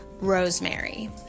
rosemary